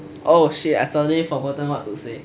oh shit I suddenly forgotten what to say